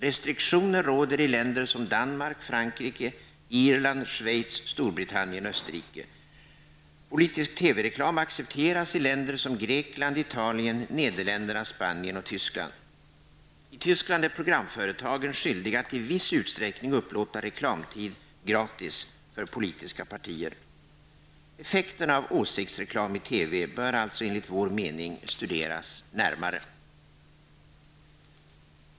Restriktioner råder i länder som Danmark, Frankrike, Irland, Schweiz, Storbritannien och Österrike. Politisk TV-reklam accepteras i länder som Grekland, Italien, Nederländerna, Spanien och Tyskland. I Tyskland är programföretagen skyldiga att i viss utsträckning upplåta reklamtid gratis för politiska partier. Effekterna av åsiktsreklam i TV bör alltså enligt vår mening studeras närmare.